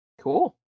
Cool